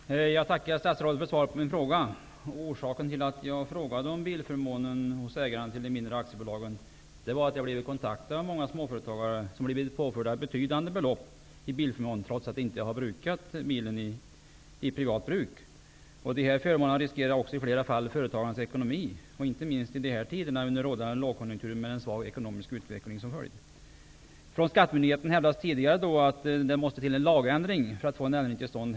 Fru talman! Jag tackar statsrådet för svaret på min fråga. Orsaken till att jag frågat om bilförmånen hos ägare till mindre aktiebolag är att jag blivit kontaktad av många småföretagare, som blivit påförda betydande belopp i bilförmån, trots att de inte brukat bilen privat. Dessa förmåner riskerar i flera fall företagets ekonomi, inte minst i dessa tider av lågkonjunktur med en svag ekonomisk utveckling som följd. Skattemyndigheten hävdade tidigare att det måste till en lagändring för att få en ändring till stånd.